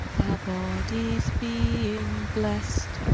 our bodies being blest,